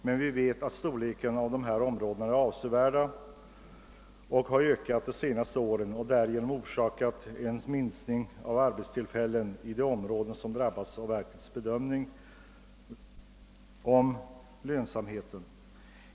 Men vi vet att storleken av dessa områden är avsevärd och att arealerna har ökat de senaste åren, vilket orsakat en minskning av antalet arbetstillfällen i de områden som drabbats av verkets bedömning om lönsamhet.